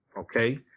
Okay